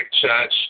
Church